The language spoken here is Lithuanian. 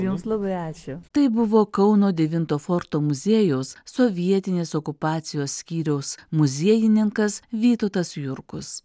jums labai ačiū tai buvo kauno devinto forto muziejaus sovietinės okupacijos skyriaus muziejininkas vytautas jurkus